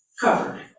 Covered